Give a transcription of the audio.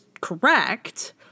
correct